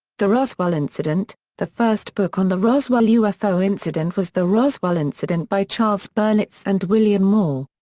the roswell incident the first book on the roswell ufo incident was the roswell incident by charles berlitz and william moore.